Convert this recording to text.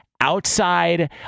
outside